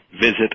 visit